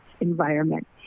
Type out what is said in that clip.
environment